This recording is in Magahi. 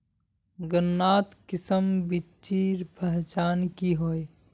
गन्नात किसम बिच्चिर पहचान की होय?